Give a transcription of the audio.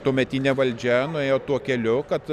tuometinė valdžia nuėjo tuo keliu kad